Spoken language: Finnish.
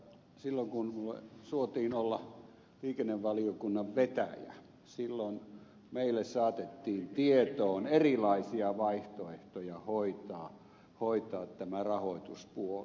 silloin kun minun suotiin olla liikennevaliokunnan vetäjä meille saatettiin tietoon erilaisia vaihtoehtoja hoitaa tämä rahoituspuoli